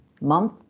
month